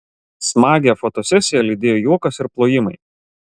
smagią fotosesiją lydėjo juokas ir plojimai